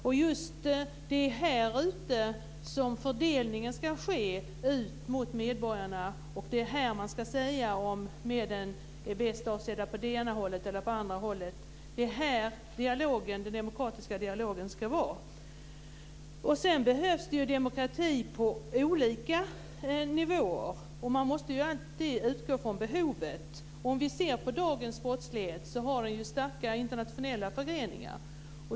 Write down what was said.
Det är just här som fördelningen ska ske ut mot medborgarna, och det är här man ska säga om medlen är bäst avsedda för det ena eller andra. Det är här den demokratiska dialogen ska ske. Det behövs ju demokrati på olika nivåer. Man måste alltid utgå från behovet. Dagens brottslighet har starka internationella förgreningar.